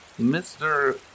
Mr